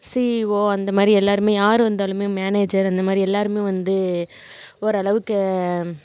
CEO அந்தமாதிரி எல்லோருமே யார் வந்தாலுமே மேனேஜர் அந்த மாதிரி எல்லோருமே வந்து ஓரளவுக்கு